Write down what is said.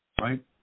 right